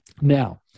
Now